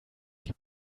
die